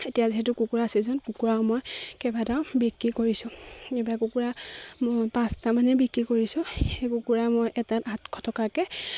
এতিয়া যিহেতু কুকুৰা ছিজন কুকুৰাও মই কেইবাটাও বিক্ৰী কৰিছোঁ কুকুৰা মই পাঁচটা মানেই বিক্ৰী কৰিছোঁ সেই কুকুৰা মই এটাত আঠশ টকাকে